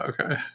Okay